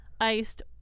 iced